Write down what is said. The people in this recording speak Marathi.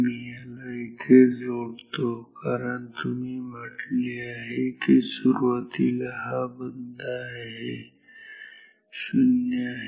मी याला इथे जोडतो कारण तुम्ही म्हटले आहे की सुरुवातीला हा बंद आहे शून्य आहे